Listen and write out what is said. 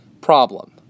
Problem